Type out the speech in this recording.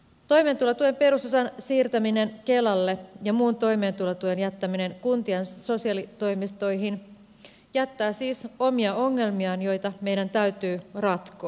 toimeentulotuen perusosan siirtäminen kelalle ja muun toimeentulotuen jättäminen kuntien sosiaalitoimistoihin jättää siis omia ongelmiaan joita meidän täytyy ratkoa